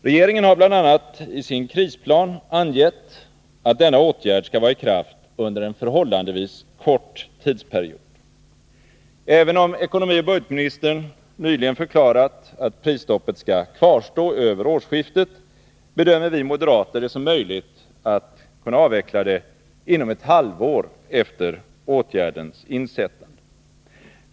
Regeringen har bl.a. i sin krisplan angett att denna åtgärd skall vara i kraft under en förhållandevis kort tidsperiod. Även om ekonomioch budgetministern nyligen förklarat att prisstoppet skall kvarstå över årsskiftet, bedömer vi moderater det som möjligt att avveckla det inom ett halvår efter åtgärdens insättande.